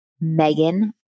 Megan